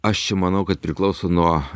aš čia manau kad priklauso nuo